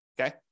Okay